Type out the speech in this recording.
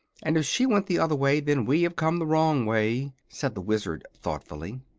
and if she went the other way then we have come the wrong way, said the wizard, thoughtfully.